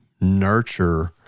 nurture